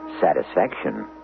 Satisfaction